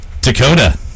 dakota